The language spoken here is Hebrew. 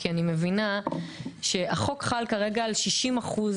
כי אני מבינה שהחוק חל כרגע על 60%